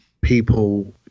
people